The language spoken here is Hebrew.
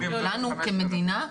לנו כמדינה,